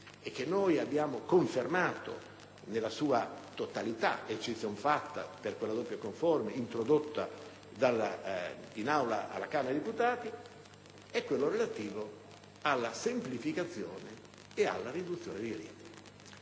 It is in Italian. e che noi abbiamo confermato nella sua totalità (eccezion fatta per quella doppia conforme introdotta in Aula alla Camera dei deputati). Il punto è quello relativo alla semplificazione e alla riduzione dei riti.